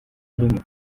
arimo